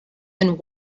and